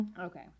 Okay